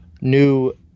New